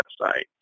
website